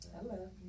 Hello